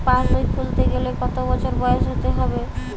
পাশবই খুলতে গেলে কত বছর বয়স হতে হবে?